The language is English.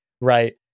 right